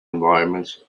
environments